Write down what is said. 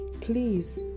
Please